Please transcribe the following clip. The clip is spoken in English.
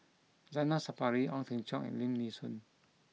Zainal Sapari Ong Teng Cheong and Lim Nee Soon